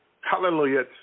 Hallelujah